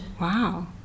Wow